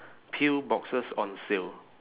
pill boxes on sale